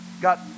got